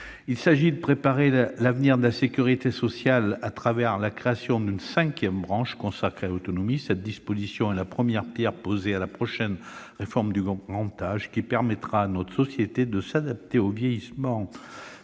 il s'agit de préparer l'avenir de la sécurité sociale à travers la création d'une cinquième branche consacrée à l'autonomie. Cette disposition est la première pierre que nous posons pour la prochaine réforme du grand âge, qui permettra à notre société de s'adapter au vieillissement